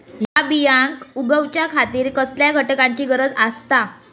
हया बियांक उगौच्या खातिर कसल्या घटकांची गरज आसता?